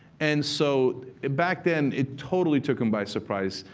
and so back then, it totally took them by surprise.